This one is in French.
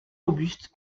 robuste